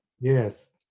Yes